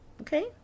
Okay